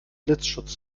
blitzschutz